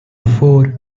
four